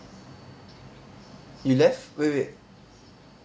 you left wait wait